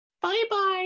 Bye-bye